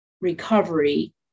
recovery